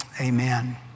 Amen